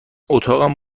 اتاقم